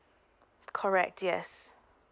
correct yes